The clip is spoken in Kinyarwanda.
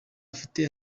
afite